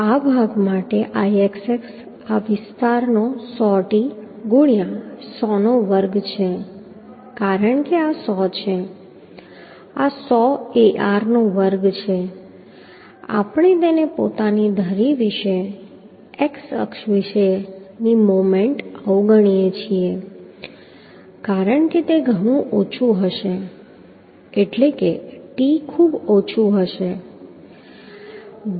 આ ભાગ માટે છે Ixx આ વિસ્તારનો 100t ગુણ્યા 100 નો વર્ગ છે કારણ કે આ 100 છે આ 100 Ar નો વર્ગ છે આપણે તેની પોતાની ધરી વિશે x અક્ષ વિશે ની મોમેન્ટને અવગણીએ છીએ કારણ કે તે ઘણું ઓછું હશે એટલે કે t ખૂબ ઓછું છે